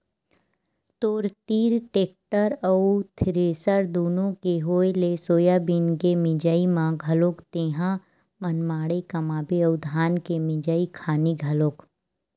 तोर तीर टेक्टर अउ थेरेसर दुनो के होय ले सोयाबीन के मिंजई म घलोक तेंहा मनमाड़े कमाबे अउ धान के मिंजई खानी घलोक